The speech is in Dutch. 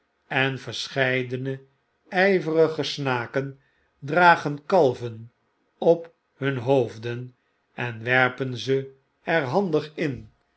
en verscheidene y verige snaken dragen kalven op hun hoofden en werpen ze er handig in